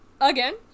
Again